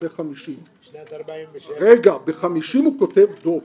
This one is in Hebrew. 47'. רגע, ב-50' הוא כותב דוח.